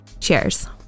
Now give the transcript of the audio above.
Cheers